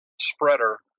spreader